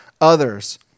others